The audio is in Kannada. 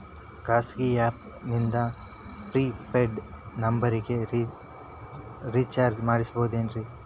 ಖಾಸಗಿ ಆ್ಯಪ್ ನಿಂದ ಫ್ರೇ ಪೇಯ್ಡ್ ನಂಬರಿಗ ರೇಚಾರ್ಜ್ ಮಾಡಬಹುದೇನ್ರಿ?